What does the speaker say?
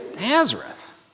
Nazareth